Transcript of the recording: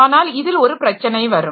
ஆனால் இதில் ஒரு பிரச்சனை வரும்